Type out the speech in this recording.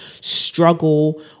struggle